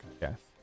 yes